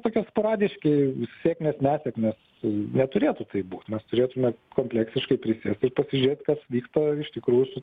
tokie sporadiški sėkmės nesėkmės neturėtų taip būt mes turėtumėm kompleksiškai prisėst ir pasižiūrėt kas vyksta ištikrųjų su